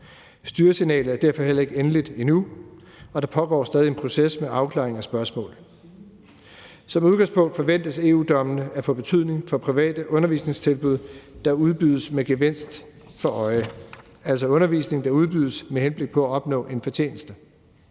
Styresignalet er derfor heller ikke endeligt endnu, og der pågår stadig en proces med afklaring af spørgsmål. Som udgangspunkt forventes EU-dommene at få betydning for private undervisningstilbud, der udbydes med gevinst for øje